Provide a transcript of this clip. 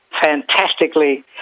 Fantastically